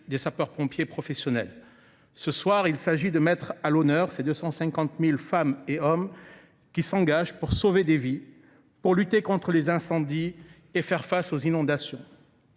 des sapeurs pompiers professionnels. Ce soir, il s’agit de mettre à l’honneur ces 255 000 femmes et hommes qui s’engagent pour sauver des vies, pour lutter contre les incendies et pour faire face aux inondations.